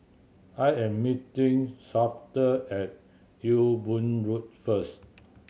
I am meeting Shafter at Ewe Boon Road first